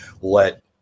let